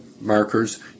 markers